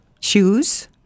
shoes